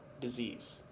disease